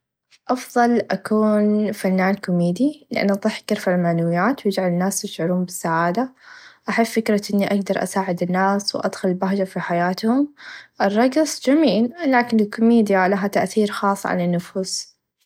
أفظل أكون فنان كوميدي لأن الظحك يرفع المعنويات و يچعل الناس يشعرون بالسعاده أحب فكره إني أقدر أساعد الناس و أدخل البهچه في حياتهم الرقص چميل لاكن الكوميديا لها تأثير خاص على النفوس.